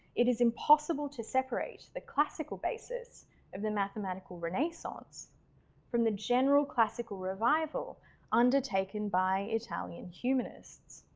it is impossible to separate the classical basis of the mathematical renaissance from the general classical revival undertaken by italian humanists.